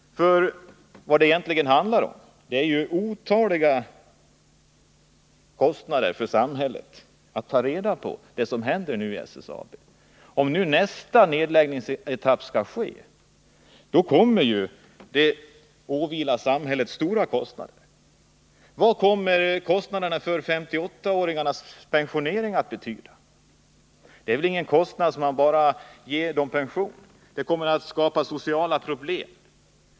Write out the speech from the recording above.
Men vad det egentligen handlar om är ju otaliga inom handelsstålskostnader för samhället när det gäller att klara upp det som händer vid SSAB. Om nästa nedläggningsetapp verkligen kommer till stånd kommer det att åsamka samhället stora kostnader. Hur stora kommer kostnaderna för 58-åringarnas pensionering att bli? Det är väl inte bara fråga om deras pensioner, utan det skapas också sociala problem.